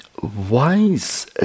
Wise